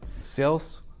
Sales